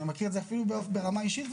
אני מכיר את זה אפילו ברמה האישית,